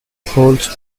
holes